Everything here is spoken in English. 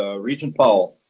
ah regent powell?